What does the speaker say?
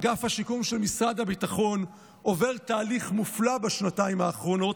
אגף השיקום של משרד הביטחון עובר תהליך מופלא בשנתיים האחרונות,